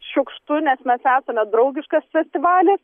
šiukštu nes mes esame draugiškas festivalis